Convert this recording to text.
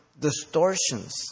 distortions